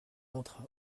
entra